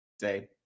say